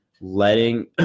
Letting